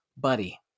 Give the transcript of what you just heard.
buddy